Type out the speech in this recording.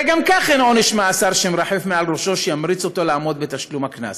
הרי גם כך אין עונש מאסר שמרחף מעל ראשו שימריץ אותו לעמוד בתשלום הקנס,